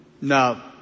Now